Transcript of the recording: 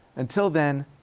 until then,